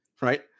right